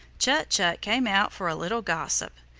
chut-chut came out for a little gossip.